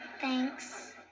Thanks